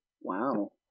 Wow